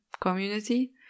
community